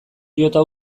jota